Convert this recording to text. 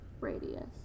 radius